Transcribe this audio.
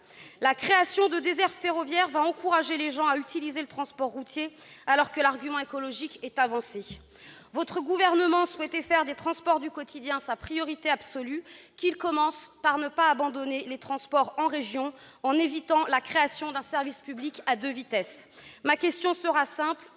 La création de déserts ferroviaires va encourager les gens à utiliser le transport routier, alors que l'argument écologique est avancé. Votre gouvernement souhaitait faire des transports du quotidien sa priorité absolue. Qu'il commence par ne pas abandonner les transports en région, en évitant la création d'un service public à deux vitesses ! Ma question sera simple